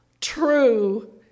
true